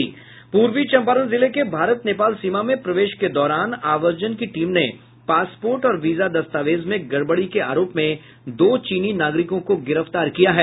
पूर्वी चंपारण जिले के भारत नेपाल सीमा में प्रवेश के दौरान आवर्जन की टीम ने पासपोर्ट और वीज़ा दस्तावेज में गड़बड़ी के आरोप में दो चीनी नागरिकों को गिरफ्तार किया है